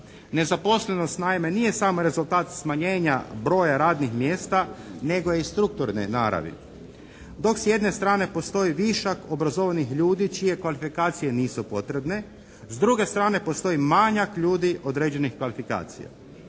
Nezaposlenost naime nije sam rezultat smanjenja broja radnih mjesta nego i strukturne naravi. Dok s jedne strane postoji višak obrazovanih ljudi čije kvalifikacije nisu potrebne, s druge strane postoji manjak ljudi određenih kvalifikacija,